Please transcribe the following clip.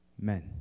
men